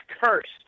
cursed